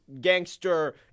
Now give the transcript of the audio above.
Gangster